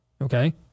Okay